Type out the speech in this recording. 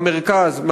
במרכז,